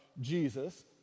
Jesus